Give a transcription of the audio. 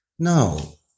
No